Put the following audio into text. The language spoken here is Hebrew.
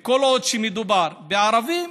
כל עוד מדובר בערבים,